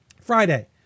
friday